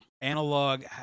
analog